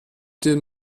dem